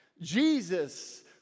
Jesus